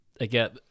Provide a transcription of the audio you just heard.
Again